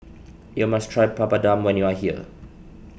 you must try Papadum when you are here